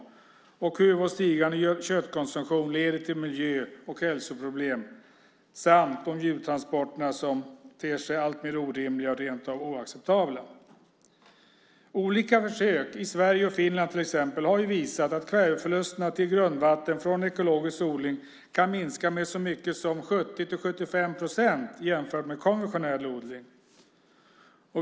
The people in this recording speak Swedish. Det gäller också hur vår stigande köttkonsumtion leder till miljö och hälsoproblem samtidigt som djurtransporterna ter sig alltmer orimliga och rent av oacceptabla. Olika försök i Sverige och Finland har visat att kväveförlusterna till grundvattnet från ekologisk odling kan minska med så mycket som 70-75 procent jämfört med konventionell odling.